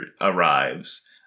arrives